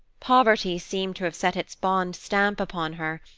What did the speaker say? poverty seemed to have set its bond stamp upon her,